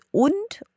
und